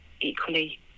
equally